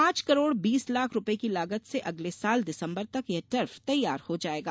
पांच करोड़ बीस लाख रूपये की लागत से अगले साल दिसंबर तक ये टर्फ तैयार हो जायेगा